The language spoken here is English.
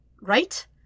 right